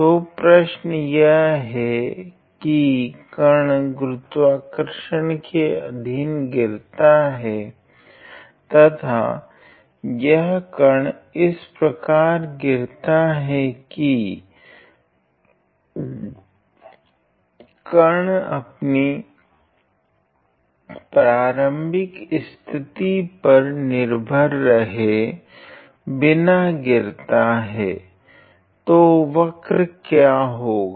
तो प्रश्न यह है कीकण गुरुत्वाकर्षण के अधीन गिरता है तथा यह कण इस प्रकार गिरता है की कण अपनी प्राथमिक स्थिति पर निर्भर रहे बिना गिरता है तो वक्र क्या होगा